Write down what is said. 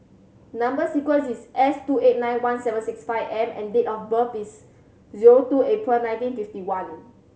number sequence is S two eight nine one seven six five M and date of birth is zero two April nineteen fifty one